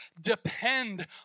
Depend